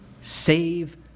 save